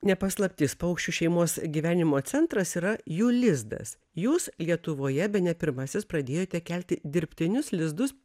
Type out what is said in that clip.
ne paslaptis paukščių šeimos gyvenimo centras yra jų lizdas jūs lietuvoje bene pirmasis pradėjote kelti dirbtinius lizdus